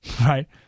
right